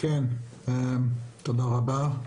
תודה רבה,